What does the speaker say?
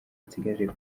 nsigaje